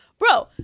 Bro